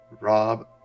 Rob